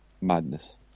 madness